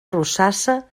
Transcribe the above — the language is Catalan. rosassa